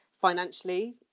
financially